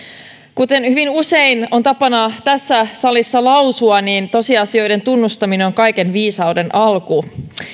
kuten hyvin usein on tapana tässä salissa lausua tosiasioiden tunnustaminen on kaiken viisauden alku